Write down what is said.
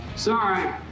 Sorry